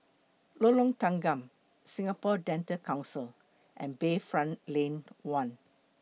Lorong Tanggam Singapore Dental Council and Bayfront Lane one